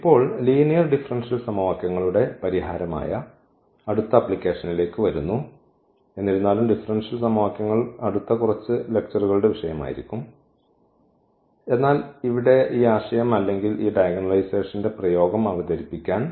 ഇപ്പോൾ linear differential സമവാക്യങ്ങളുടെ പരിഹാരമായ അടുത്ത ആപ്ലിക്കേഷനിലേക്ക് വരുന്നു എന്നിരുന്നാലും ഡിഫറൻഷ്യൽ സമവാക്യങ്ങൾ അടുത്ത കുറച്ച് ലെക്ച്ചർകളുടെ വിഷയമായിരിക്കും എന്നാൽ ഇവിടെ ഈ ആശയം അല്ലെങ്കിൽ ഈ ഡയഗണണലൈസേഷന്റെ പ്രയോഗം അവതരിപ്പിക്കാൻ